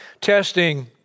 Testing